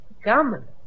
Come